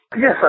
Yes